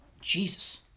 Jesus